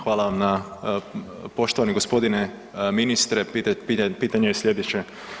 Hvala vam na, poštovani gospodine ministre, pitanje je slijedeće.